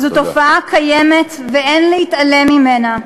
זו תופעה קיימת, ואין להתעלם ממנה.